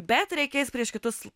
bet reikės prieš kitus